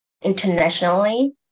internationally